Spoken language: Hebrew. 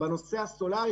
לעומת הנושא הסולארי,